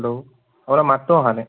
hello আপোনাৰ মাতটো অহা নাই